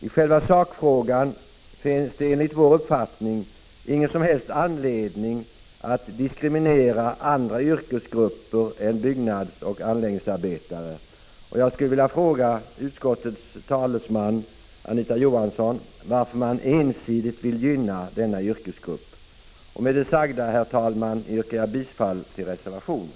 I själva sakfrågan finns det enligt vår uppfattning ingen som helst anledning att diskriminera andra yrkesgrupper än byggnadsoch anläggningsarbetare, och jag skulle vilja fråga utskottets talesman Anita Johansson varför man ensidigt vill gynna denna yrkesgrupp. Med det sagda, fru talman, yrkar jag bifall till reservationen.